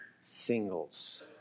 singles